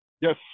Yes